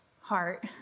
heart